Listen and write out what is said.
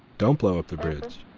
don't blow up the bridge.